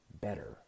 better